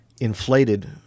inflated